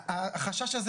החשש הזה,